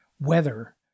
weather